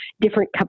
different